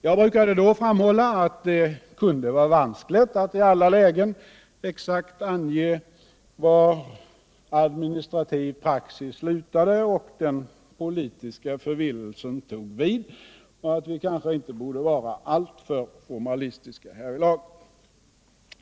Jag brukade då framhålla att det kunde vara vanskligt att i alla lägen exakt ange var administriv praxis slutade och den politiska förvillelsen tog vid och att vi kanske inte borde vara alltför formalistiska härvidlag.